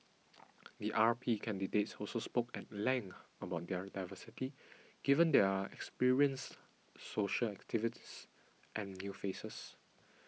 the R P candidates also spoke at length about their diversity given there are experienced social activists and new faces